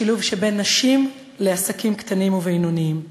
השילוב שבין נשים לעסקים קטנים ובינוניים.